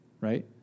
right